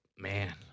Man